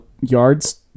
yards